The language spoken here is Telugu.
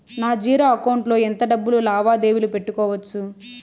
నా జీరో అకౌంట్ లో ఎంత డబ్బులు లావాదేవీలు పెట్టుకోవచ్చు?